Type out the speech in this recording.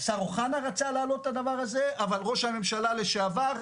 השר אוחנה רצה להעלות את הדבר הזה אבל ראש הממשלה לשעבר,